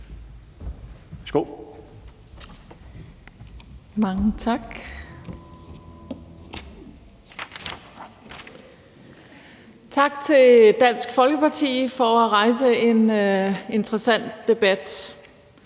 (KF): Mange tak. Tak til Dansk Folkeparti for at rejse en interessant debat.